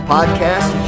Podcast